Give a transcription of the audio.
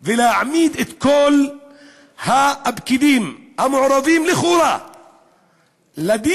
ולהעמיד את כל הפקידים המעורבים לכאורה לדין,